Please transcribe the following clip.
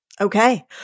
Okay